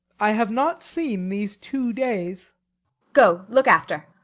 i have not seen these two days go, look after.